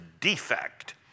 defect